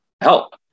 help